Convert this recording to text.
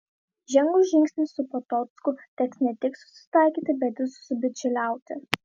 žengus žingsnį su potockiu teks ne tik susitaikyti bet ir susibičiuliauti